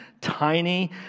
tiny